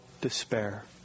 despair